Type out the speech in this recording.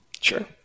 Sure